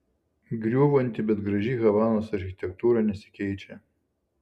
griūvanti bet graži havanos architektūra nesikeičia